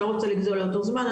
אני לא רוצה לגזול הרבה זמן,